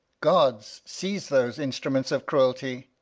guards, seize those instruments of cruelty.